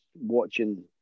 watching